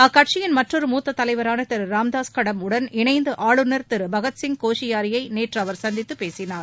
அக்கட்சியின் மற்றொரு மூத்த தலைவரான திரு ராம்தாஸ் கடம் உடன் இணைந்து ஆளுமர் திரு பகத்சிங் கோஷியாரியை நேற்று அவர் சந்தித்து பேசினார்